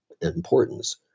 importance